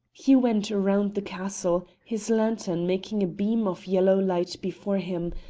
he went round the castle, his lantern making a beam of yellow light before him,